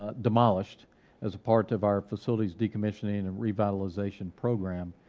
ah demolished as a part of our facilities decommissioning, and revitalization program,